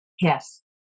Yes